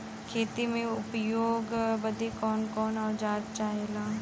खेती में उपयोग बदे कौन कौन औजार चाहेला?